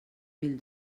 mil